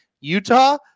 Utah